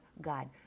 God